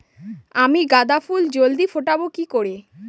আমি গাঁদা ফুল জলদি ফোটাবো কি করে?